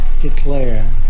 declare